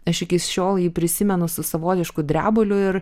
aš iki šiol jį prisimenu su savotišku drebuliu ir